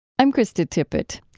i'm krista tippett.